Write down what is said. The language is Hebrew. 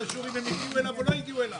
זה קשור אם הם הגיעו אליו או לא הגיעו אליו.